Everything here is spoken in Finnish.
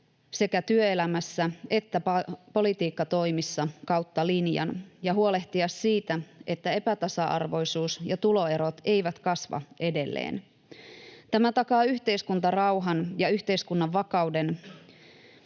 sekä työelämässä että politiikkatoimissa kautta linjan, ja tulisi huolehtia siitä, että epätasa-arvoisuus ja tuloerot eivät kasva edelleen. Tämä takaa yhteiskuntarauhan ja yhteiskunnan vakauden,